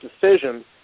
decision